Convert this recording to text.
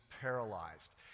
paralyzed